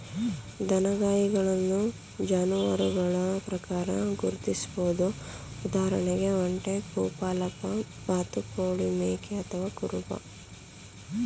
ದನಗಾಹಿಗಳನ್ನು ಜಾನುವಾರುಗಳ ಪ್ರಕಾರ ಗುರ್ತಿಸ್ಬೋದು ಉದಾಹರಣೆಗೆ ಒಂಟೆ ಗೋಪಾಲಕ ಬಾತುಕೋಳಿ ಮೇಕೆ ಅಥವಾ ಕುರುಬ